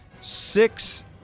six